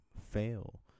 fail